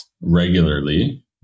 regularly